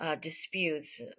disputes